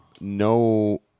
no